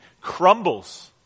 crumbles